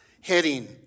heading